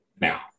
now